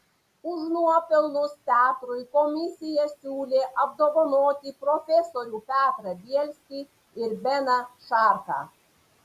už nuopelnus teatrui komisija siūlė apdovanoti profesorių petrą bielskį ir beną šarką